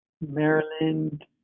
Maryland